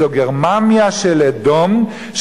זו גרמניה של אדום,